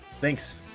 Thanks